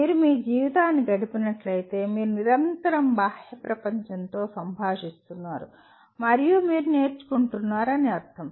మీరు మీ జీవితాన్ని గడిపినట్లయితే మీరు నిరంతరం బాహ్య ప్రపంచంతో సంభాషిస్తున్నారు మరియు మీరు నేర్చుకుంటున్నారు అని అర్థం